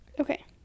Okay